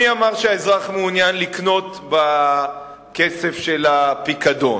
מי אמר שהאזרח מעוניין לקנות בכסף של הפיקדון?